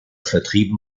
vertrieben